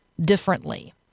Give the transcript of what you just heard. differently